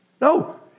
No